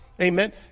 Amen